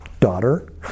Daughter